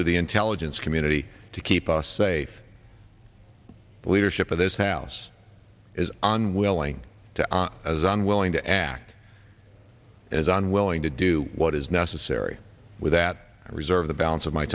to the intelligence community to keep us safe the leadership of this house is on willing to as unwilling to act as unwilling to do what is necessary with that reserve the balance of my